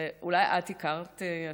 אולי את הכרת,